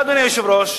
אדוני היושב-ראש,